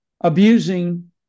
abusing